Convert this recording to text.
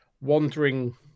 wandering